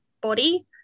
body